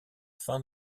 fin